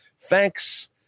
Thanks